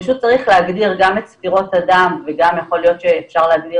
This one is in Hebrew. פשוט צריך להגדיר גם את ספירות הדם ויכול להיות שאפשר גם להגדיר